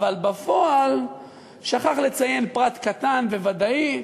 אבל בפועל שכח לציין פרט קטן וודאי: